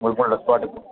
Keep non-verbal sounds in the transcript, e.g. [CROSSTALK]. உங்களுக்கு [UNINTELLIGIBLE]